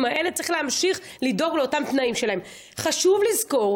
אלא ממקום של התנגדות לסיפוח, התנגדות לסיפוח,